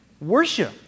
worship